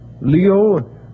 Leo